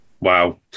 Wow